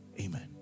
Amen